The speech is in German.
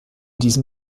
diesem